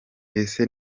ese